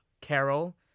Carol